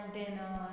container